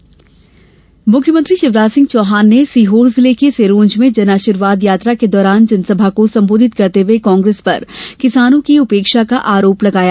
शिवराज जन आशीर्वाद राज्य के मुख्यमंत्री शिवराज सिंह चौहान ने सीहोर जिले के सिरोंज में जनआशीर्वाद यात्रा के दौरान जनसभा को संबोधित करते हुए कांग्रेस पर किसानों की उपेक्षा का आरोप लगाया